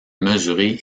mesuré